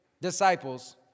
disciples